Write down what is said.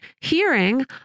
hearing